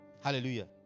Hallelujah